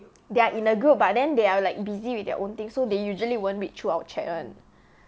they are in group but then they are like busy with their own thing so they usually won't read through our chat one